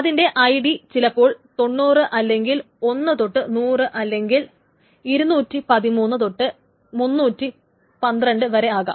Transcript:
അതിന്റെ I D ചിലപ്പോൾ 90 അല്ലെങ്കിൽ ഒന്നുതൊട്ട് 100 അല്ലെങ്കിൽ 213 തൊട്ട് 312 വരെ ആകാം